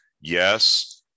Yes